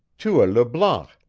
tua le blanc,